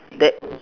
that